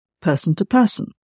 person-to-person